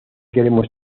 queremos